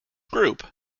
group